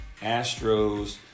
Astros